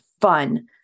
fun